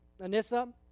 Anissa